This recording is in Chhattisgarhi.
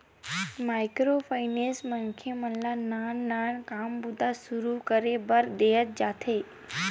माइक्रो फायनेंस मनखे मन ल नान नान काम बूता सुरू करे बर देय जाथे